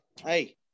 Hey